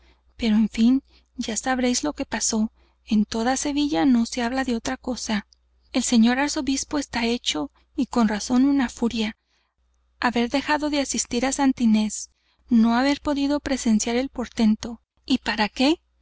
pero en fin ya sabréis lo que pasó en toda sevilla no se habla de otra cosa el señor arzobispo está hecho y con razón una furia haber dejado de asistir á santa inés no haber podido presenciar el portento y para qué